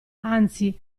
anzi